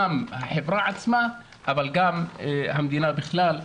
גם החברה עצמה אבל גם המדינה בכלל,